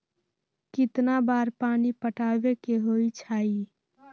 कितना बार पानी पटावे के होई छाई?